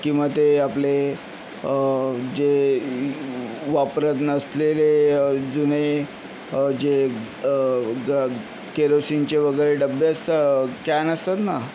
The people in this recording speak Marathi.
किंवा ते आपले जे वापरत नसलेले जुने जे ग केरोसिनचे वगैरे डबे असतं कॅन असतात ना